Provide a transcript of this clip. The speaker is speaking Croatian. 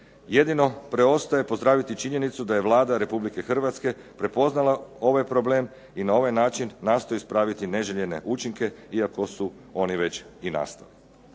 Jedino preostaje pozdraviti činjenicu da je Vlada Republike Hrvatske prepoznala ovaj problem i na ovaj način nastoji ispraviti neželjene učinke iako su oni već i nastali.